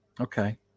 okay